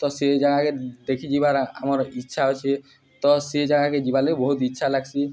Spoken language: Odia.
ତ ସେ ଜାଗାକେ ଦେଖି ଯିବାର ଆମର ଇଚ୍ଛା ଅଛେ ତ ସେ ଜାଗାକେ ଯିବାର୍ ଲାଗ ବି ବହୁତ ଇଚ୍ଛା ଲାଗ୍ସି